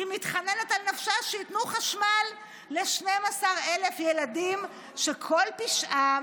מתחננת על נפשה שייתנו חשמל ל-12,000 ילדים שכל פשעם